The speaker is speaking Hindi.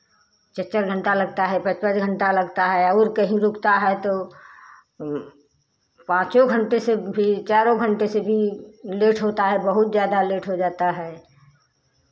चार चार घंटा लगता है पाँच पाँच घंटा लगता है और कहीं रुकता है तो पाँचो घंटे से भी चारो घंटे से भी लेट होता है बहुत ज़्यादा लेट हो जाता है